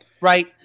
Right